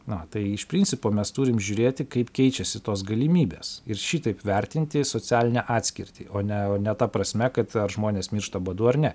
na tai iš principo mes turim žiūrėti kaip keičiasi tos galimybės ir šitaip vertinti socialinę atskirtį o ne o ne ta prasme kad ar žmonės miršta badu ar ne